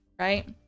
right